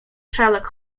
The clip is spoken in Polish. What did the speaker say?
sherlock